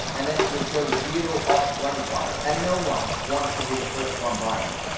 and then it will show zero of twenty five. and no one wants to be the first one buying.